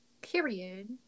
Period